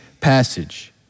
passage